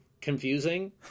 confusing